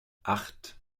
acht